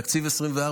תקציב 2024,